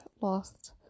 lost